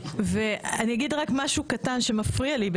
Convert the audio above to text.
אני אגיד רק משהו קטן שמפריע לי.